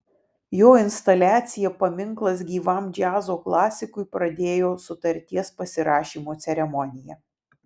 jo instaliacija paminklas gyvam džiazo klasikui pradėjo sutarties pasirašymo ceremoniją